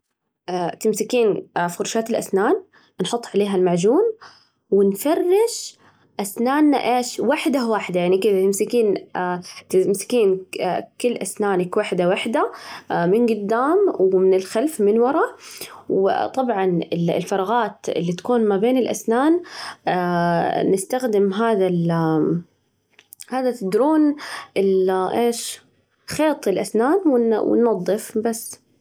تمسكين فرشاة الأسنان، نحط عليها المعجون ونفرش أسناننا، أيش؟ واحدة واحدة، يعني كذا تمسكين تمسكين كل أسنانك واحدة واحدة، من جدام ومن الخلف من ورا، وطبعًا الفراعات اللي تكون ما بين الأسنان، نستخدم هذا، ال هذا ال تدرون أيش؟ خيط الأسنان، وننظف، بس.